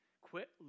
Quit